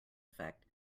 effect